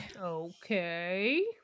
okay